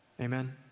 amen